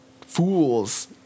fools